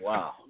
Wow